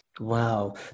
Wow